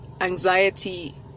anxiety